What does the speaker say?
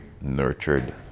nurtured